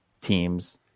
teams